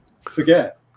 forget